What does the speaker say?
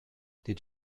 did